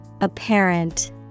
Apparent